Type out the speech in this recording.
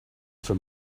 for